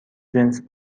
جنس